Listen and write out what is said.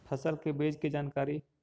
फसल के बीज की जानकारी?